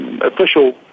official